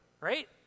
Right